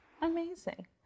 amazing